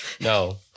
no